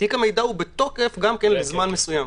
ותיק המידע גם הוא בתוקף לזמן מסוים.